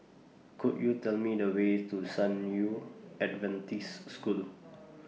Could YOU Tell Me The Way to San Yu Adventist School